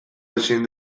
ezin